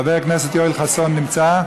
חבר הכנסת יואל חסון נמצא?